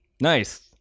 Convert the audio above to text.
Nice